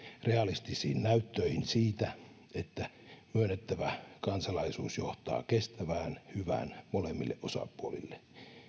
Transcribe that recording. realistisiin näyttöihin siitä että myönnettävä kansalaisuus johtaa kestävään hyvään molemmille osapuolille